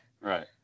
Right